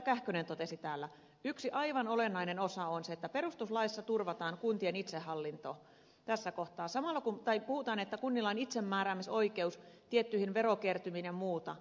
kähkönen totesi täällä yksi aivan olennainen osa on se että perustuslaissa turvataan kuntien itsehallinto tässä kohtaa tai että kunnilla on itsemääräämisoikeus tiettyihin verokertymiin ja muuta